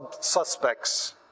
suspects